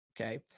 okay